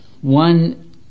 One